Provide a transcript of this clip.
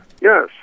Yes